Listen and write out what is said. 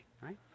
right